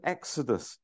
Exodus